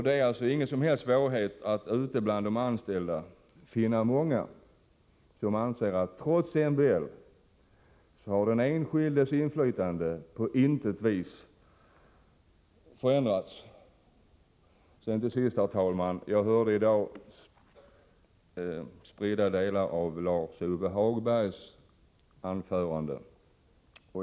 Det är alltså inga som helst svårigheter att bland de anställda finna många som anser att den enskildes inflytande trots MBL på intet vis har förändrats. Herr talman! Jag hörde tidigare i dag spridda delar av Lars-Ove Hagbergs anförande.